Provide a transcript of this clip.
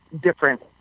different